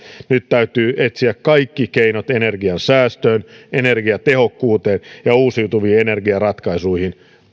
nyt täytyy etsiä kaikki keinot energiansäästöön energiatehokkuuteen ja uusiutuviin energiaratkaisuihin